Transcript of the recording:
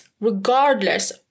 regardless